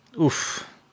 oof